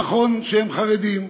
נכון שהם חרדים,